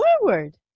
forward